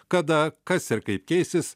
kada kas ir kaip keisis